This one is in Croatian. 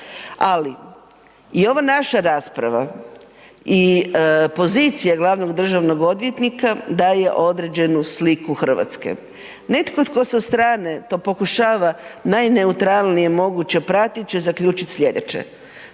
Ali, i ova naša rasprava i pozicije glavnog državnog odvjetnika daje određenu sliku RH. Netko tko sa strane to pokušava najneutralnije moguće pratit će zaključit slijedeće,